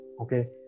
okay